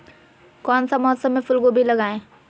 कौन सा मौसम में फूलगोभी लगाए?